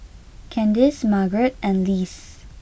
Kandice Margret and Lise